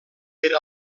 per